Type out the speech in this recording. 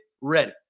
ready